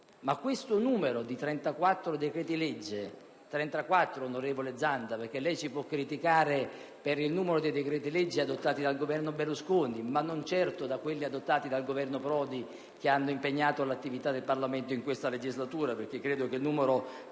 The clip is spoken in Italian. pertanto, di 34 decreti-legge: onorevole Zanda, lei ci potrà criticare per il numero dei decreti-legge adottati dal Governo Berlusconi, ma non certo per quelli adottati dal Governo Prodi che hanno impegnato l'attività del Parlamento in questa legislatura, perché credo che il numero